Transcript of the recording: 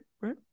right